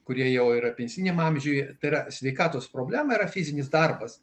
kurie jau yra pensiniam amžiui yra sveikatos problemų yra fizinis darbas